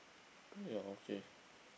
ya okay